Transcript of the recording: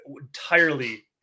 entirely